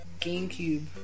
GameCube